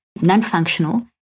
non-functional